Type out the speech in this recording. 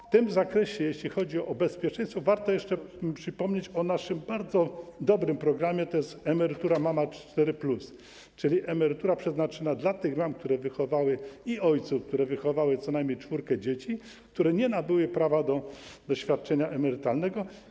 W tym zakresie, jeśli chodzi o bezpieczeństwo, warto jeszcze przypomnieć o naszym bardzo dobrym programie, jakim jest emerytura mama 4+, czyli emerytura przeznaczona dla tych mam - i ojców - które wychowały co najmniej czwórkę dzieci, a które nie nabyły prawa do świadczenia emerytalnego.